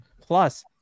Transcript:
Plus